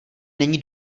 není